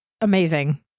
Amazing